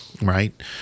right